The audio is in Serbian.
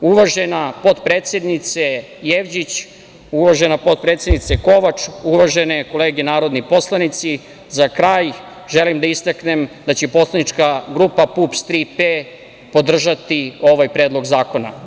Uvažena potpredsednice Jevđić, uvažena potpredsednice Kovač, uvažene kolege narodni poslanici, za kraj želim da istaknem da će poslanička grupa PUPS – „Tri P“ podržati ovaj predlog zakona.